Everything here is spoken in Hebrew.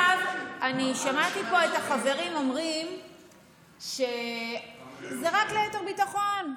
אני שמעתי פה את החברים אומרים שזה רק ליתר ביטחון,